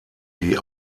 die